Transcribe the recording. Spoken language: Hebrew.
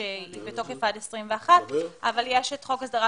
שהיא בתוקף עד 2021 אבל יש את חוק הסדרת